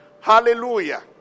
Hallelujah